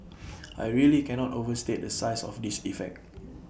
I really cannot overstate the size of this effect